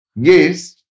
Yes